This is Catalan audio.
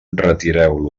retireu